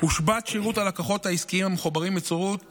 הושבת שירות הלקוחות העסקיים המחוברים באמצעות